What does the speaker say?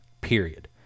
Period